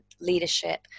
leadership